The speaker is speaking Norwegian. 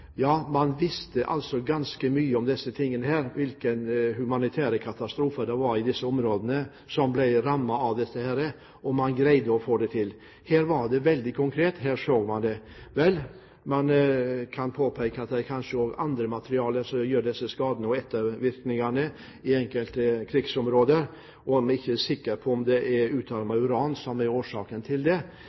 humanitære katastrofer det var i de områdene som ble rammet, og man greide å få det til. Her var det veldig konkret. Her så man det. Man kan påpeke at det kanskje er andre materialer som utgjør skader og har ettervirkninger i enkelte krigsområder. Vi er ikke sikre på om det er utarmet uran som er årsaken. Men likevel tror jeg at vi må begynne å bli enige om at det